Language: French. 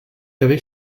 avec